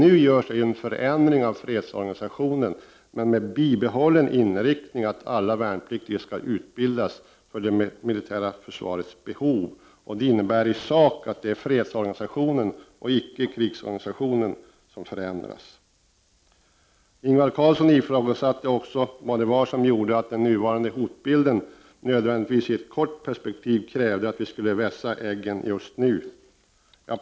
Nu genomförs ju en förändring av fredsorganisationen men med bibehållen inriktning, nämligen den att alla värnpliktiga skall utbildas för det militära försvarets behov. Det innebär i sak att det är fredsorganisationen och icke krigsorganisationen som förändras. Ingvar Karlsson ifrågasatte också vad det var som gjorde att den nuva rande hotbilden i ett kort perspektiv krävde att vi vässar eggen just nu.